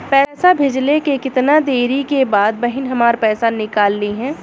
पैसा भेजले के कितना देरी के बाद बहिन हमार पैसा निकाल लिहे?